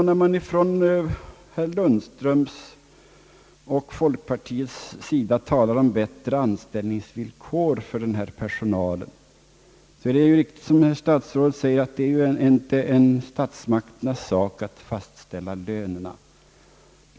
När man från herr Lundströms och folkpartiets sida talar om bättre anställningsvillkor för denna personal, så är det riktigt som statsrådet säger att det inte är statsmakternas sak att fastställa lönerna.